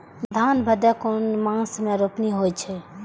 धान भदेय कुन मास में रोपनी होय छै?